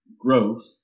growth